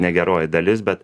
ne geroji dalis bet